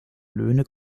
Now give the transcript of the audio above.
löhne